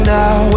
now